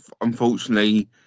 Unfortunately